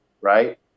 Right